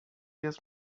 jest